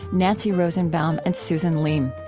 nancy rosenbaum, and susan leem.